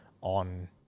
on